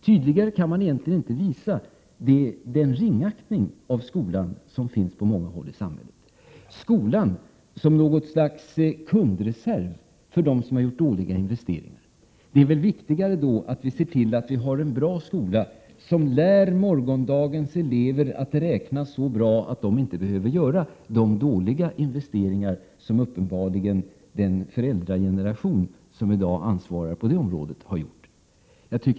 Tydligare kan man inte visa den ringaktning för skolan som finns på många håll i samhället — skolan som något slags kundreserv för dem som har gjort dåliga investeringar. Men det är viktigare att se till att vi har en bra skola, som lär eleverna räkna så bra att de som vuxna inte behöver göra de dåliga investeringar som uppenbarligen den ansvariga föräldragenerationen har gjort.